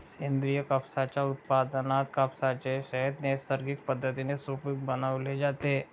सेंद्रिय कापसाच्या उत्पादनात कापसाचे शेत नैसर्गिक पद्धतीने सुपीक बनवले जाते